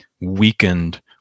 weakened